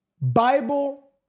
Bible